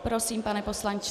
Prosím, pane poslanče.